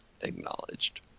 acknowledged